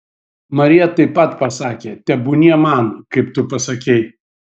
marija taip pat pasakė tebūnie man kaip tu pasakei